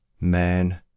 man